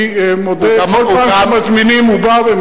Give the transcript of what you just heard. אני מודה שבכל פעם שמזמינים הוא בא.